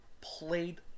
played